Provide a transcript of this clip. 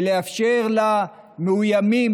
ולאפשר למאוימים,